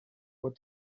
what